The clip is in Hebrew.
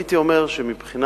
והייתי אומר שמבחינת